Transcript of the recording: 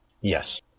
Yes